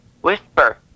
whisper